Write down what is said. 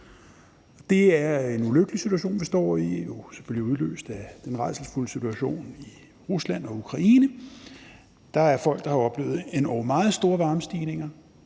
Det er en ulykkelig situation, vi står i, jo selvfølgelig udløst af den rædselsfulde situation i Rusland og Ukraine. Der er folk, der har oplevet endog meget store prisstigninger